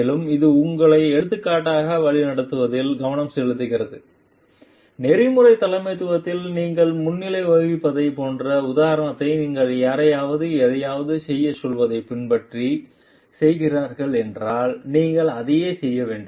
மேலும் இது உங்களை எடுத்துக்காட்டாக வழிநடத்துவதில் கவனம் செலுத்துகிறது நெறிமுறைத் தலைமைத்துவத்தில் நீங்கள் முன்னிலை வகிப்பதைப் போன்ற உதாரணத்தை நீங்கள் யாரையாவது ஏதாவது செய்யச் சொல்வதைப் பின்பற்றச் சொல்கிறீர்கள் என்றால் நீங்களும் அதையே செய்ய வேண்டும்